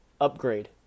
upgrade